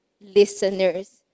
listeners